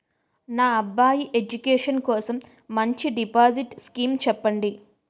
నా అబ్బాయి ఎడ్యుకేషన్ కోసం మంచి డిపాజిట్ స్కీం చెప్పండి